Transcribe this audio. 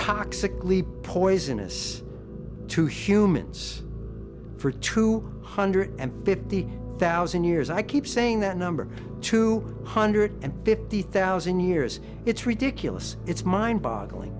toxic leave poisonous to humans for two hundred and fifty thousand years i keep saying that number two hundred and fifty thousand years it's ridiculous it's mind boggling